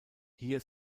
hier